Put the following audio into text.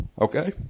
Okay